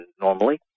normally